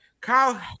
Kyle